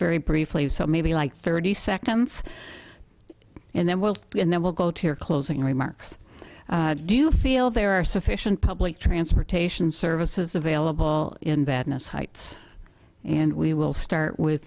very briefly so maybe like thirty seconds and then will you and then we'll go to your closing remarks do you feel there are sufficient public transportation services available in badness heights and we will start